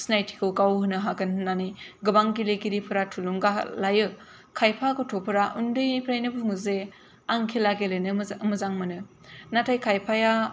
सिनायथिखौ गाव होनो हागोन होननानै गोबां गेलेगिरिफोरा थुलुंगा लायो खायफा गथ'फ्रा उन्दैनिफ्रायनो बुङो जे आं खेला गेलेनो मोजां मोनो नाथाय खायफाया